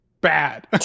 bad